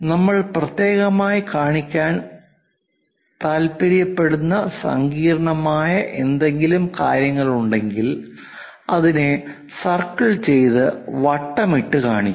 നമ്മൾ പ്രത്യേകമായി കാണിക്കാൻ താൽപ്പര്യപ്പെടുന്ന സങ്കീർണ്ണമായ എന്തെങ്കിലും കാര്യങ്ങളുണ്ടെങ്കിൽ അതിനെ സർക്കിൾ ചെയ്തു വട്ടമിട്ട് കാണിക്കുന്നു